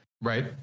Right